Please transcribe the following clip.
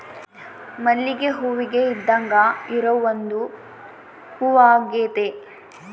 ಮಲ್ಲಿಗೆ ಹೂವಿಗೆ ಇದ್ದಾಂಗ ಇರೊ ಒಂದು ಹೂವಾಗೆತೆ